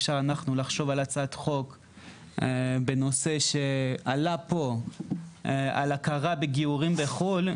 אפשר אנחנו לחשוב על הצעת חוק בנושא שעלה פה על הכרה בגיורים בחו"ל,